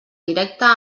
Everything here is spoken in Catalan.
directe